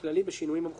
בשינויים המחויבים.